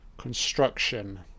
Construction